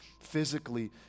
physically